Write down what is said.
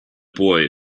boy